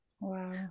Wow